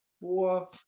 four